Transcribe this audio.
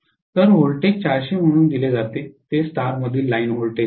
तर व्होल्टेज 400 म्हणून दिले जाते ते स्टार मधील लाइन व्होल्टेज आहे